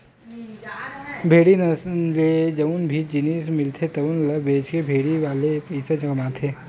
भेड़ी ले जउन भी जिनिस मिलथे तउन ल बेचके भेड़ी वाले पइसा कमाथे